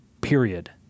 period